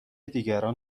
دیگران